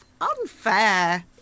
unfair